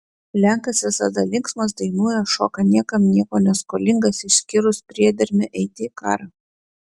lenkas visada linksmas dainuoja šoka niekam nieko neskolingas išskyrus priedermę eiti į karą